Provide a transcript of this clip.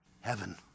heaven